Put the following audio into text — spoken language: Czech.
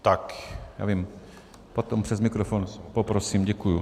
Já vím, potom přes mikrofon poprosím, děkuji.